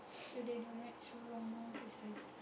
so they don't like so long long to study